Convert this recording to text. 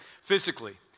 Physically